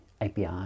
API